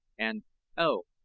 and oh,